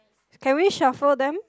can we shuffle them